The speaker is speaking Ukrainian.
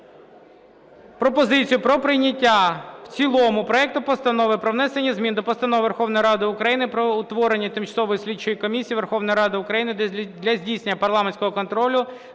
пропозицію про прийняття в цілому проекту Постанови про внесення змін до Постанови Верховної Ради України "Про утворення Тимчасової слідчої комісії Верховної Ради України для здійснення парламентського контролю